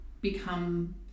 become